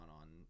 on